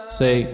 say